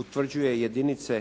utvrđuje jedinice